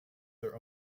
their